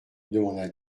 demanda